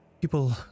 people